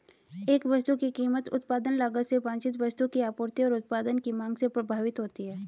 एक वस्तु की कीमत उत्पादन लागत से वांछित वस्तु की आपूर्ति और उत्पाद की मांग से प्रभावित होती है